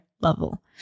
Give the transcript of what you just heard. level